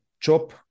job